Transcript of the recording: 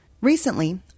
Recently